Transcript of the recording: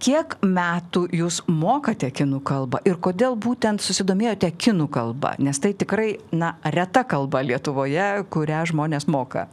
kiek metų jūs mokate kinų kalbą ir kodėl būtent susidomėjote kinų kalba nes tai tikrai na reta kalba lietuvoje kurią žmonės moka